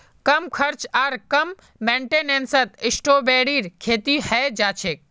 कम खर्च आर कम मेंटेनेंसत स्ट्रॉबेरीर खेती हैं जाछेक